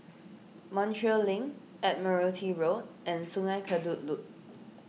Montreal Link Admiralty Road and Sungei Kadut Loop